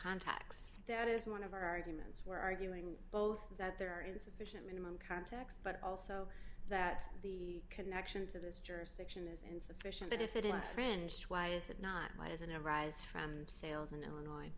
contacts that is one of our arguments we're arguing both that there are insufficient minimum context but also that the connection to this jurisdiction is insufficient if it infringed why is it not as in a rise from sales in illinois